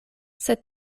sed